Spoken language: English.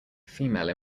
female